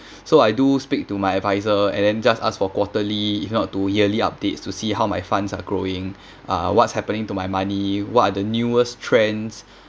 so I do speak to my advisor and then just ask for quarterly if not yearly updates to see how my funds are growing uh what's happening to my money what are the newest trends